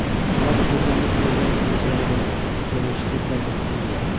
আমাদের দেশে অনেকগুলো ব্যাঙ্ক পরিচালনা করে, যেমন স্টেট ব্যাঙ্ক অফ ইন্ডিয়া